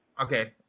Okay